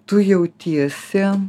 tu jautiesi